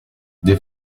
des